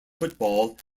football